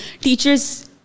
teachers